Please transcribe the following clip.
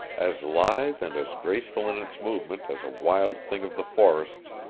as lithe and as graceful in its movement as a wild thing of the forests,